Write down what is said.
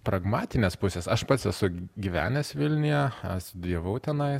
pragmatinės pusės aš pats esu gyvenęs vilniuje studijavau tenai